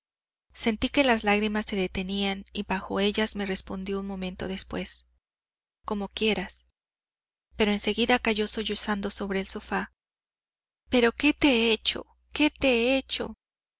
sentí que las lágrimas se detenían y bajo ellas me respondió un momento después como quieras pero en seguida cayó sollozando sobre el sofá pero qué te hecho qué te he hecho